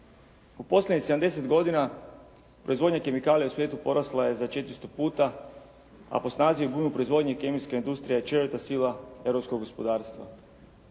U posljednjih 70 godina proizvodnja kemikalija u svijetu porasla je za 400 puta, a po snazi i obujmu proizvodnju kemijska industrija je četvrta sila europskog gospodarstva.